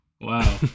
Wow